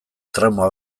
trauma